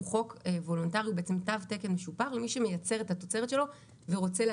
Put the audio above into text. הוא חוק וולונטרי עם תו תקן משופר למי שמייצר